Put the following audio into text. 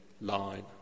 line